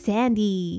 Sandy